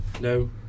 No